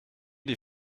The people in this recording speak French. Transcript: des